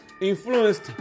influenced